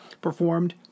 performed